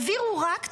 העבירו רק,